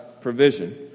provision